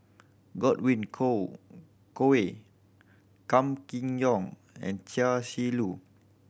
Godwin coal Koay Kam Kee Yong and Chia Shi Lu